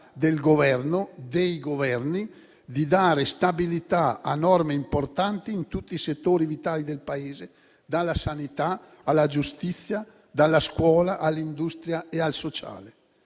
dell'incapacità dei Governi di dare stabilità a norme importanti in tutti i settori vitali del Paese, dalla sanità alla giustizia, dalla scuola all'industria e al sociale.